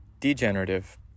Degenerative